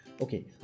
Okay